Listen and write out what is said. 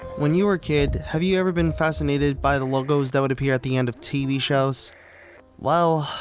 when you were kid, have you ever been fascinated by the logos that would appear at the end of tv shows well,